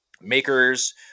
makers